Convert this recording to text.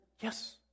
yes